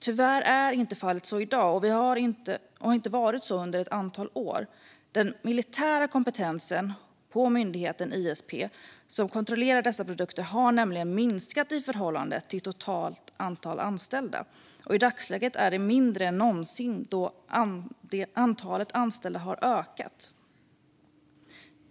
Tyvärr är inte fallet så i dag och har inte varit det under ett antal år. Den militära kompetensen på myndigheten ISP, som kontrollerar dessa produkter, har nämligen minskat i förhållande till det totala antalet anställda. I dagsläget är den mindre än någonsin då antalet anställda har ökat.